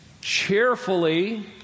cheerfully